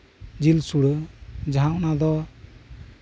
ᱡᱤᱞ ᱥᱩᱲᱟᱹ ᱚᱱᱟ ᱫᱚ